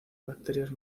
bacterias